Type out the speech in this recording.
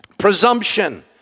presumption